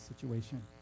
situation